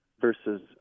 versus